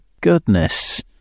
goodness